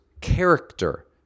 character